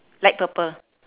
light purple